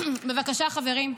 בבקשה, חברים.